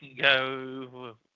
go